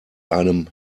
einem